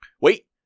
Wait